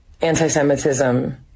anti-Semitism